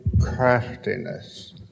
craftiness